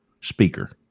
speaker